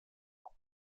auf